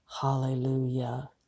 Hallelujah